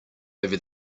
over